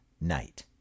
night